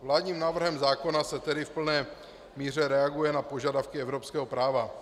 Vládním návrhem zákona se tedy v plné míře reaguje na požadavky evropského práva.